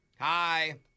Hi